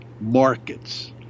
markets